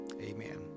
Amen